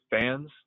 fans